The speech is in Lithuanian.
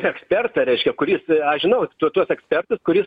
ekspertą reiškia kuris aš žinau tu tuo ekspertus kuris